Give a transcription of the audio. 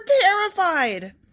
terrified